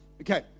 Okay